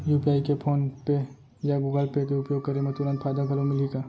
UPI के PhonePe या Google Pay के उपयोग करे म तुरंत फायदा घलो मिलही का?